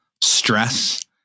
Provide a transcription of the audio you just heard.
stress